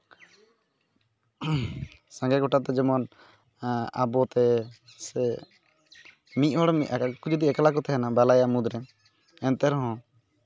ᱥᱟᱸᱜᱮ ᱜᱚᱴᱟᱝ ᱛᱮ ᱡᱮᱢᱚᱱ ᱡᱮᱢᱚᱱ ᱟᱵᱚᱛᱮ ᱥᱮ ᱢᱤᱫ ᱦᱚᱲ ᱟᱨ ᱩᱱᱠᱩ ᱡᱩᱫᱤ ᱮᱠᱞᱟ ᱠᱚ ᱛᱟᱦᱮᱱᱟ ᱵᱟᱞᱟᱭᱟ ᱢᱩᱫᱽᱨᱮ ᱮᱱᱛᱮ ᱨᱮᱦᱚᱸ